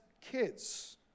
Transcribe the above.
kids